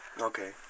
Okay